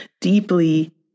deeply